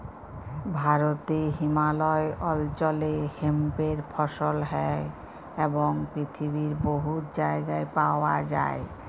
ভারতে হিমালয় অল্চলে হেম্পের ফসল হ্যয় এবং পিথিবীর বহুত জায়গায় পাউয়া যায়